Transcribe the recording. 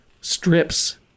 strips